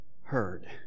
heard